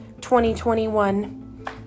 2021